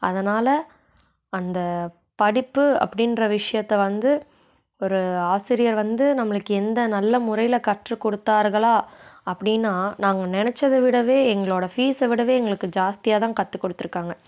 அதனால் அந்த படிப்பு அப்படின்ற விஷயத்த வந்து ஒரு ஆசிரியர் வந்து நம்மளுக்கு எந்த நல்ல முறையில் கற்றுக் கொடுத்தார்களா அப்படின்னா நாங்கள் நெனைச்சத விட எங்களோடய ஃபீஸ்ஸை விட எங்களுக்கு ஜாஸ்தியாக தான் கற்றுக் கொடுத்துருக்காங்க